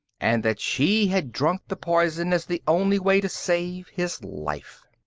and that she had drunk the poison as the only way to save his life.